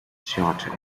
short